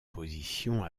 position